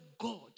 God